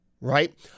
right